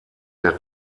der